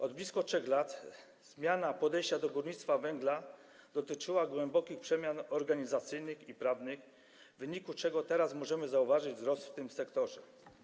Od blisko 3 lat zmiana podejścia do górnictwa węgla dotyczyła głębokich przemian organizacyjnych i prawnych, w wyniku czego teraz możemy zauważyć wzrost w tym sektorze.